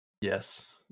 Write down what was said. yes